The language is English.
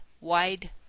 wide